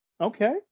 Okay